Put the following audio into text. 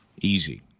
Easy